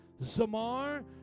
Zamar